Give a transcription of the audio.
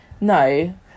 no